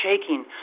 shaking